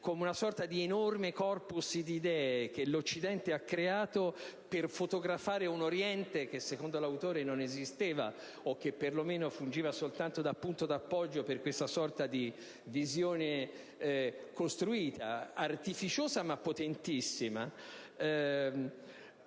come una sorta di enorme *corpus* di idee che l'Occidente ha creato per fotografare un Oriente, che secondo l'autore non esisteva o che perlomeno fungeva soltanto da punto di appoggio per questa sorta di visione costruita, artificiosa ma potentissima.